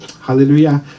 Hallelujah